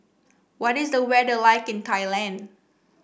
what is the weather like in Thailand